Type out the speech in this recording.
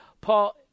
Paul